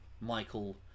Michael